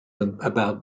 about